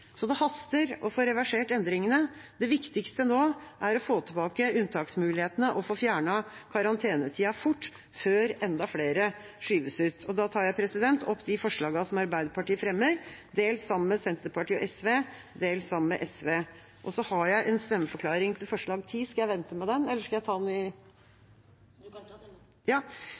Det haster å få reversert endringene. Det viktigste nå er å få tilbake unntaksmulighetene og få fjernet karantenetida fort, før enda flere skyves ut. Da tar jeg opp de forslagene som Arbeiderpartiet fremmer, dels sammen med Senterpartiet og SV, dels sammen med SV. Jeg har også en stemmeforklaring til forslag